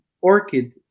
Orchid